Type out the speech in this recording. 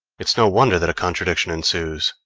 it's no wonder that a contradiction ensues.